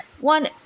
one